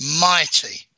mighty